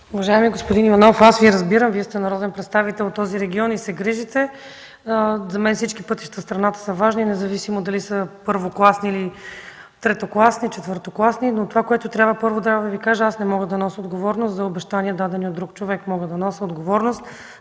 Уважаеми господин Иванов, аз Ви разбирам, Вие сте народен представител от този регион и се грижите. За мен всички пътища в страната са важни, независимо дали са първокласни, третокласни или четвъртокласни. Първо, трябва да Ви кажа, че аз не мога да нося отговорност за обещания, дадени от друг човек. Мога да нося отговорност